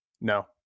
No